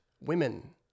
women